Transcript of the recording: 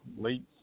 late